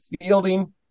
fielding